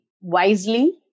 wisely